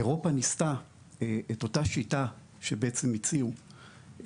אירופה ניסתה את אותה שיטה שבעצם הציעו,